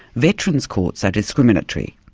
veterans' courts are discriminatory.